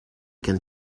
can